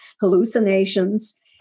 hallucinations